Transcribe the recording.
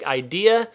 idea